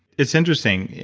it's interesting.